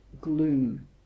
gloom